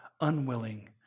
unwilling